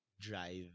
drive